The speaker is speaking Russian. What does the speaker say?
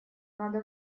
надо